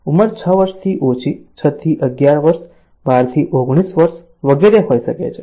ઉંમર 6 વર્ષથી ઓછી 6 થી 11 વર્ષ 12 થી 19 વર્ષ વગેરે હોઈ શકે છે